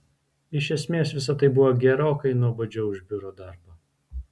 iš esmės visa tai buvo gerokai nuobodžiau už biuro darbą